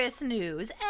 news